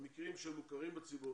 למקרים שהם מוכרים בציבור,